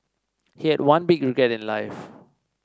he had one big regret in life